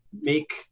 make